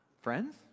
Friends